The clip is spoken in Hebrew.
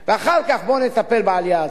אחר כך, בואו נטפל בעלייה עצמה.